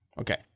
Okay